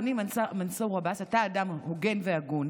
אדוני מנסור עבאס, אתה אדם הוגן והגון.